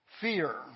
Fear